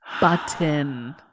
Button